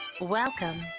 welcome